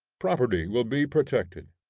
property will be protected.